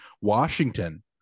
Washington